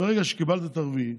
ברגע שקיבלת הרביעי,